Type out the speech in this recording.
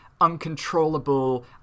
uncontrollable